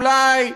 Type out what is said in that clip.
אולי,